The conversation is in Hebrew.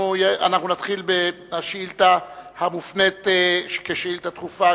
נתחיל בשאילתא המופנית כשאילתא דחופה,